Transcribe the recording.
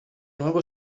nuevo